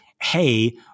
hey